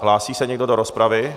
Hlásí se někdo do rozpravy?